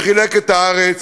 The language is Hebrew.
שחילק את הארץ,